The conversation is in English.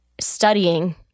studying